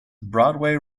broadway